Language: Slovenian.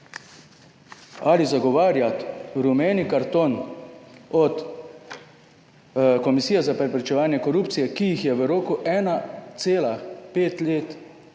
ali zagovarjati rumeni karton od Komisije za preprečevanje korupcije, ki jih je v roku 1,5 let,